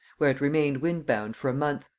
where it remained wind-bound for a month,